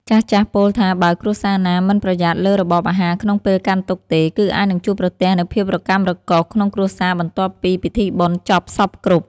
ចាស់ៗពោលថាបើគ្រួសារណាមិនប្រយ័ត្នលើរបបអាហារក្នុងពេលកាន់ទុក្ខទេ គឺអាចនឹងជួបប្រទះនូវភាពរកាំរកូសក្នុងគ្រួសារបន្ទាប់ពីពិធីបុណ្យចប់សព្វគ្រប់។